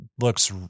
looks